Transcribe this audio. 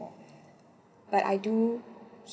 but I do